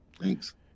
thanks